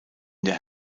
der